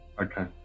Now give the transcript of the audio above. Okay